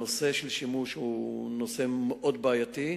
הנושא של שימוש הוא נושא מאוד בעייתי,